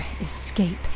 escape